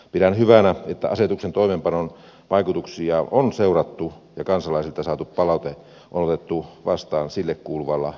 pidän hyvänä että asetuksen toimeenpanon vaikutuksia on seurattu ja kansalaisilta saatu palaute on otettu vastaan sille kuuluvalla vakavuudella